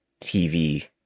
TV